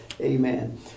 amen